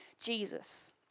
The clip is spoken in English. Jesus